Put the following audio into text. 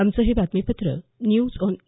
आमचं हे बातमीपत्र न्यूज ऑन ए